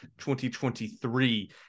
2023